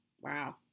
Wow